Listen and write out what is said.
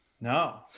No